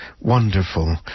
wonderful